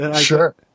Sure